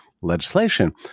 legislation